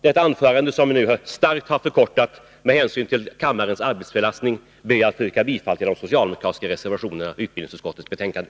Detta anförande är starkt förkortat med hänsyn till kammarens arbetsbelastning, och jag ber att få yrka bifall till de socialdemokratiska reservationerna i utbildningsutskottets betänkande.